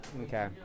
Okay